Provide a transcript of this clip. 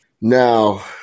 Now